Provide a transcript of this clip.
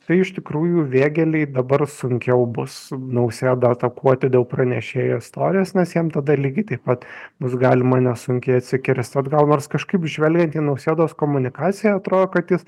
tai iš tikrųjų vėgėlei dabar sunkiau bus nausėdą atakuoti dėl pranešėjo istorijos nes jam tada lygiai taip pat bus galima nesunkiai atsikirsti atgal nors kažkaip žvelgiant į nausėdos komunikaciją atrodo kad jis